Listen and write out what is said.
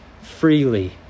Freely